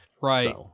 Right